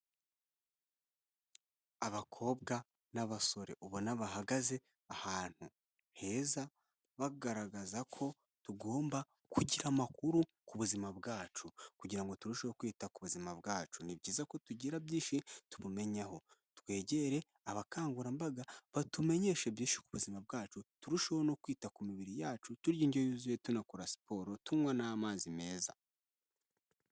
Abakobwa n'abasore ubona bahagaze ahantu heza bagaragaza ko tugomba kugira amakuru ku buzima bwacu kugira ngo turusheho kwita ku buzima bwacu. Ni byiza ko tugira byinshi tubumenyaho, twegere abakangurambaga batumenyeshe byinshi ku buzima bwacu, turusheho no kwita ku mibiri yacu turya indyo yuzuye tunakora siporo, tunywa n'amazi meza.